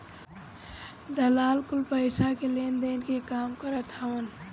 दलाल कुल पईसा के लेनदेन के काम करत हवन